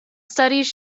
studies